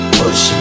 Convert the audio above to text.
push